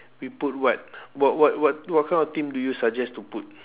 we put what what what what what kind of theme do you suggest to put